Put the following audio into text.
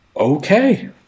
Okay